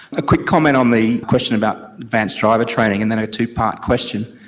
a quick comment on the question about advanced driver training and then a two-part question.